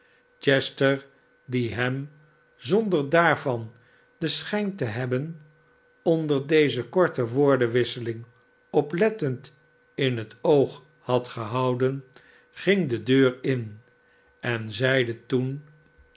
chester die hem zonder daarvan den schijn te hebben onder deze korte woordenwisseling oplettend in het oog had gehouden ging de deur in en zeide toen